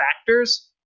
factors